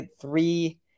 three